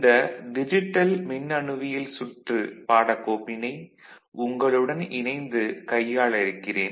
இந்த டிஜிட்டல் மின்னணுவியல் சுற்று பாடக்கோப்பினை உங்களுடன் இணைந்து கையாள இருக்கிறேன்